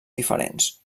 diferents